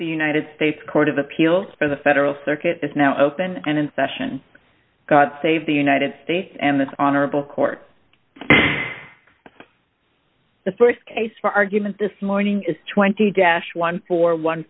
the united states court of appeals for the federal circuit is now open and in session god save the united states and this honorable court the st case for argument this morning is twenty dash one